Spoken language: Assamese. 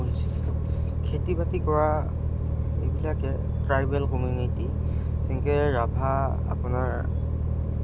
খেতি বাতি কৰা এইবিলাকে ট্ৰাইবেল কমিউনিটি যেনেকে ৰাভা আপোনাৰ